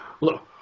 Look